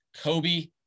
Kobe